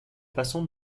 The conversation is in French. façons